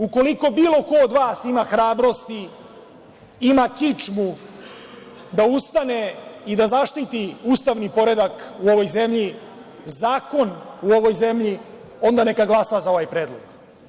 Ukoliko bilo ko od vas ima hrabrosti, ima kičmu da ustane i da zaštiti ustavni poredak u ovoj zemlji, zakon u ovoj zemlji, onda neka glasa za ovaj Predlog.